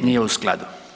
nije u skladu.